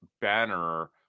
banner